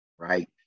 Right